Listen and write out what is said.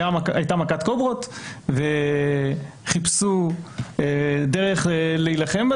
הייתה מכת קוברות וחיפשו דרך להילחם בה